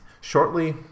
shortly